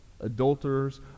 adulterers